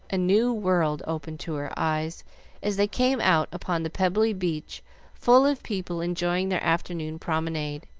a new world opened to her eyes as they came out upon the pebbly beach full of people enjoying their afternoon promenade.